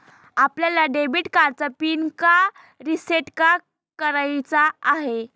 आपल्याला डेबिट कार्डचा पिन का रिसेट का करायचा आहे?